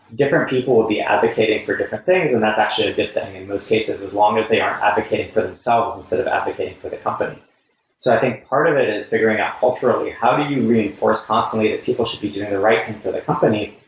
different people will be advocating for different things and that's actually a good thing those cases as long as they aren't advocating for themselves, instead of advocating for the company so i think part of it is figuring out culturally, how do you reinforce constantly that people should be doing the right thing for the company?